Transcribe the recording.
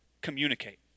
communicate